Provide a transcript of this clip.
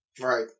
Right